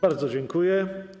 Bardzo dziękuję.